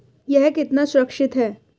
यह कितना सुरक्षित है?